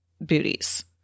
booties